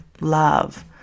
love